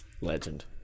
Legend